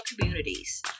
communities